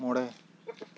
ᱢᱚᱬᱮ